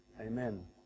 amen